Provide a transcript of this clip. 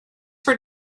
for